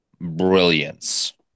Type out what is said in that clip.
brilliance